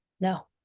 No